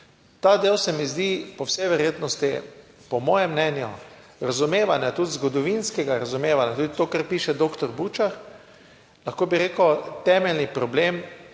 Ta del se mi zdi po vsej verjetnosti, po mojem mnenju, razumevanje tudi zgodovinskega razumevanja, tudi to, kar piše doktor Bučar, lahko bi rekel temeljni problem,